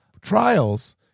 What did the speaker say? trials